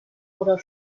oder